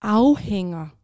afhænger